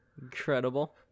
Incredible